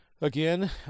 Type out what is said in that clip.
again